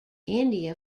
india